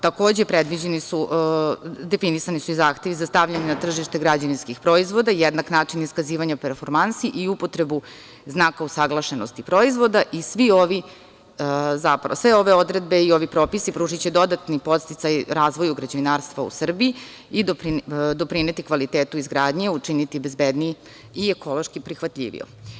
Takođe, definisani su i zahtevi za stavljanje na tržište građevinskih proizvoda i jednak način iskazivanja performansi i upotrebu znaka usaglašenosti proizvoda i sve ove odredbe i svi propisi pružiće dodatni podsticaj razvoju građevinarstva u Srbiji i doprineti kvalitetu izgradnje, učiniti bezbedniji i ekološki prihvatljiviji.